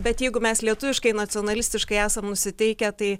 bet jeigu mes lietuviškai nacionalistiškai esam nusiteikę tai